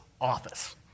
office